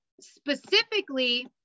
specifically